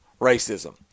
racism